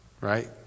Right